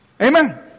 Amen